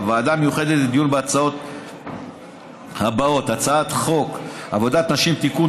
הוועדה המיוחדת לדיון בהצעת חוק עבודת נשים (תיקון,